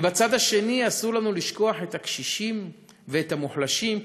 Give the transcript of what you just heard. ובצד השני אסור לנו לשכוח את הקשישים ואת המוחלשים,